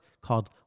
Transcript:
called